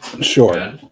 Sure